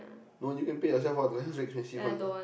no you need to pay yourself what the lenses very expensive [one] eh